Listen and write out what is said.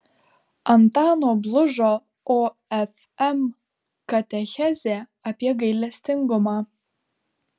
antano blužo ofm katechezė apie gailestingumą